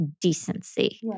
decency